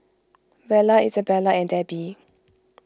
Vella Isabella and Debbi